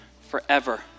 forever